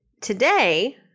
today